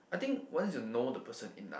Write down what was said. I think once you know the person enough